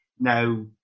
Now